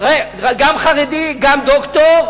גם חרדי, גם דוקטור,